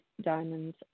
diamonds